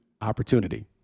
opportunity